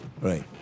Right